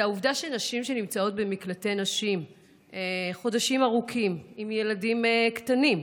זה העובדה שנשים שנמצאות במקלטי נשים חודשים ארוכים עם ילדים קטנים,